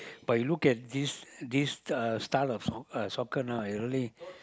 but you look at this this uh style of uh soc~ soccer now is really